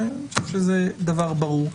שזה דבר ברור.